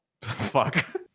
Fuck